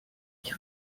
ich